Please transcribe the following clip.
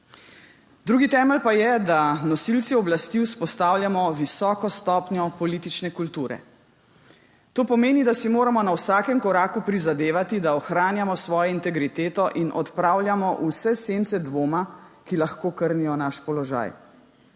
Drugi temelj pa je, da nosilci oblasti vzpostavljamo visoko stopnjo politične kulture. To pomeni, da si moramo na vsakem koraku prizadevati, da ohranjamo svojo integriteto in odpravljamo vse sence dvoma, ki lahko krnijo naš položaj.